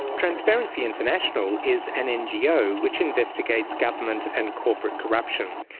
transparency international is an ngo which investigates government and corporate corruption.